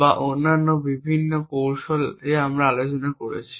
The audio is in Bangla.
বা অন্যান্য বিভিন্ন কৌশল যা আমরা আলোচনা করেছি